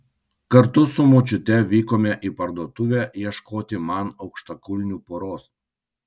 kartu su močiute vykome į parduotuvę ieškoti man aukštakulnių poros